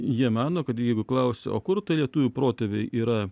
jie mano kad jeigu klausiu o kur tai lietuvių protėviai yra